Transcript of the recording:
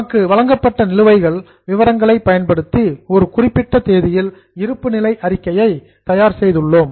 நமக்கு வழங்கப்பட்ட நிலுவைகள் விவரங்களை பயன்படுத்தி ஒரு குறிப்பிட்ட தேதியில் இருப்பு நிலை அறிக்கையை தயார் செய்துள்ளோம்